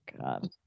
God